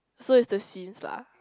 so it's the scenes lah